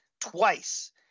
twice